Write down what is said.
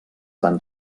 van